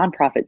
nonprofits